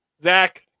Zach